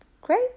Great